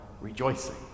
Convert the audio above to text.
rejoicing